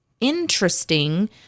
interesting